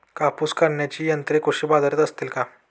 कापूस काढण्याची यंत्रे कृषी बाजारात असतील का?